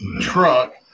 truck